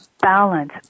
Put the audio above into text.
balance